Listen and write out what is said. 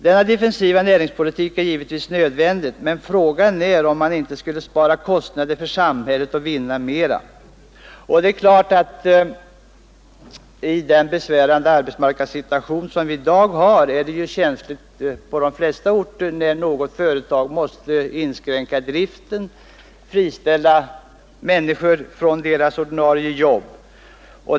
Denna defensiva näringspolitik är givetvis nödvändig, men frågan är om man inte skulle spara kostnader för samhället och vinna mera på offensiva insatser. Det är klart att i den besvärande arbetsmarknadssituation som vi i dag har är det på de flesta orter känsligt när något företag måste inskränka driften och friställa människor från deras ordinarie jobb.